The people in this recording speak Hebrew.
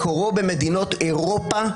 מקורם במדינות אירופה,